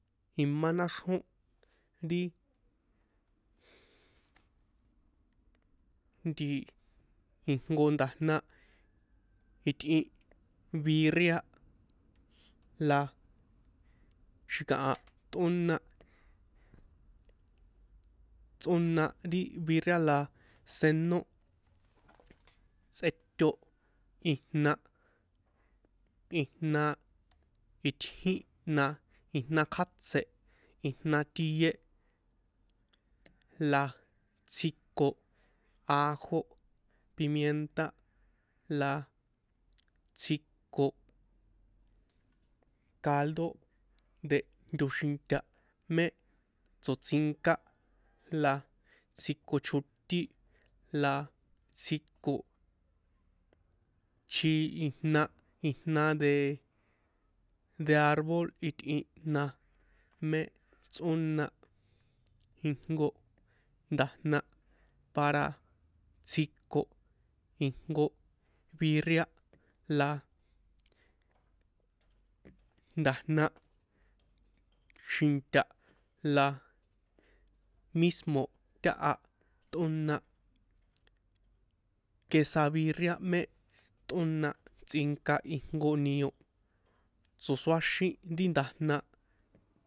Imá náxrjón ri nti ijnko nda̱jna itꞌin virria la xi̱kaha tꞌóna tsꞌóna ri virria na senó tsꞌeto ijna ijna itjín na ijna kjátse ijna tie la tsjiko ajo pimienta la tsjiko caldo de ntoxinta mé tsoṭsinká la tsjiko chotín la tsjiko chi ijna ijna de arbol itꞌin jna mé tsꞌóna ijnko nda̱jna para tsjiko ijnko virria la nda̱jna xinta la mísmo̱ taha tꞌóna quesavirria mé tꞌóna tsꞌinka ijnko nio tso̱soáxin ri ndajna.